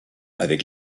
avec